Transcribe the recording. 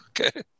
Okay